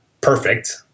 perfect